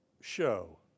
show